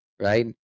right